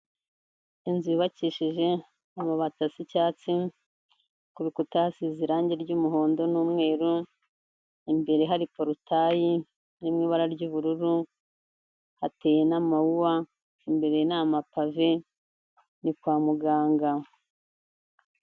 Inzu yubakishije amabati asa icyatsi, ku rukuta hasize irangi ry'umuhondo n'umweru, imbere hari porotayi iri mu ibara ry'ubururu, hateye n'amawuwa, imbere ni amapave, ni kwa muganga.